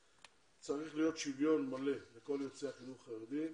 צריך להיות שוויון מלא לכל יוצאי החינוך החרדי,